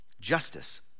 justice